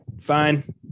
Fine